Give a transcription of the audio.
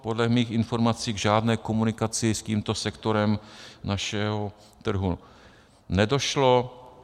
Podle mých informací k žádné komunikaci s tímto sektorem našeho trhu nedošlo.